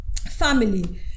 Family